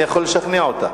אני יכול לשכנע אותה.